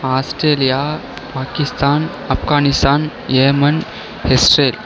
Australia Pakistan Afghanistan amen Israel